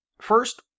First